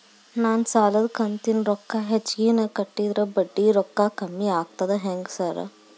ನಾನ್ ಸಾಲದ ಕಂತಿನ ರೊಕ್ಕಾನ ಹೆಚ್ಚಿಗೆನೇ ಕಟ್ಟಿದ್ರ ಬಡ್ಡಿ ರೊಕ್ಕಾ ಕಮ್ಮಿ ಆಗ್ತದಾ ಹೆಂಗ್ ಸಾರ್?